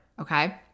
okay